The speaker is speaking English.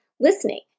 listening